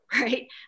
right